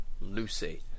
Lucy